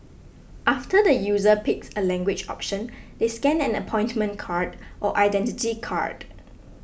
after the user picks a language option they scan an appointment card or Identity Card